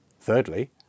Thirdly